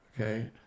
okay